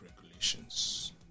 regulations